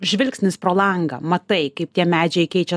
žvilgsnis pro langą matai kaip tie medžiai keičia